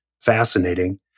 fascinating